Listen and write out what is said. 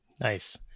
nice